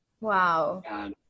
Wow